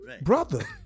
Brother